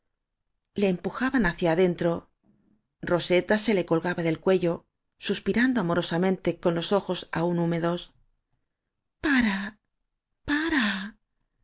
le empujaban hacia dentro roseta se le colgaba del cuello suspirando amorosamente con los ojos aún húmedos are pare pare